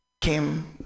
came